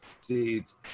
seeds